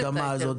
האדמה הזו?